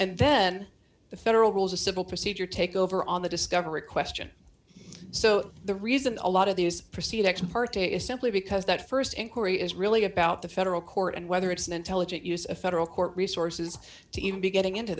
and then the federal rules of civil procedure take over on the discovery question so the reason a lot of these proceed ex parte is simply because that st inquiry is really about the federal court and whether it's an intelligent use of federal court resources to even be getting into